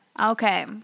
okay